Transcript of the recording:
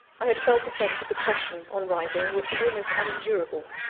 i had felt a sense of oppression, on rising, which was almost unendurable.